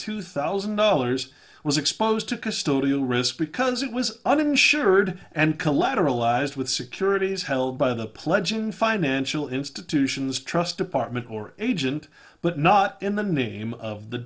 two thousand dollars was exposed to custodial risk because it was uninsured and collateralized with securities held by the pledge and financial institutions trust department or agent but not in the name of the